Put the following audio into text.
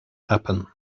happen